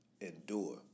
endure